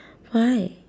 why